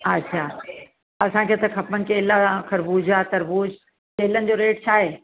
अछा असांखे त खपनि केला खरबूजा तरबूज केलनि जो रेट छा आहे